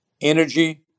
energy